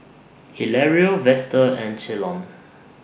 Hilario Vester and Ceylon